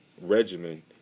regimen